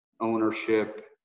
ownership